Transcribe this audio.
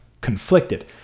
conflicted